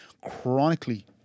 chronically